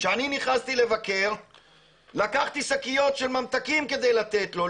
כשאני נכנסתי לבקר לקחתי שקיות של ממתקים כדי לתת לו,